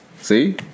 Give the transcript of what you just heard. See